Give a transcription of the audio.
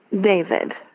David